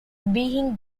being